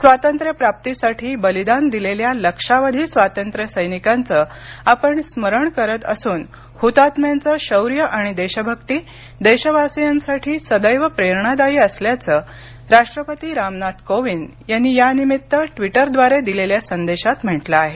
स्वातंत्र्यप्राप्तीसाठी बलिदान दिलेल्या लक्षावधी स्वातंत्र्य सैनिकांचे आपण स्मरण करत असून हृतात्म्यांचं शौर्य आणि देशभक्ती देशवासीयांसाठी सदैव प्रेरणादायी असल्याचं राष्टूपती रामनाथ कोविंद यांनी यानिमित्त ट्विटरद्वारे दिलेल्या संदेशात म्हटलं आहे